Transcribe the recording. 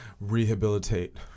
rehabilitate